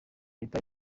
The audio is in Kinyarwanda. reta